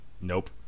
Nope